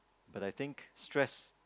but I think stress